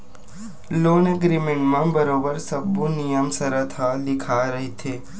loan agreement म बरोबर सब्बो नियम सरत ह लिखाए रहिथे